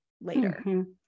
later